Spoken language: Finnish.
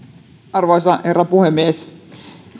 arvoisa herra puhemies